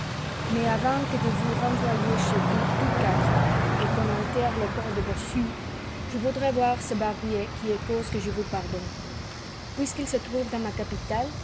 mais avant que de vous renvoyer chez vous tous quatre et qu'on enterre le corps du bossu je voudrais voir ce barbier qui est cause que je vous pardonne puisqu'il se trouve dans ma capitale